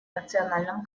национальном